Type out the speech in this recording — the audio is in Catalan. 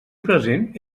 presents